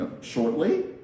shortly